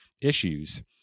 issues